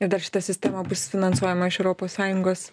ir dar šita sistema bus finansuojama iš europos sąjungos